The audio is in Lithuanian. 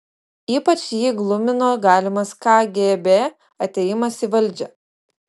ypač jį glumino galimas kgb atėjimas į valdžią